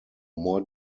more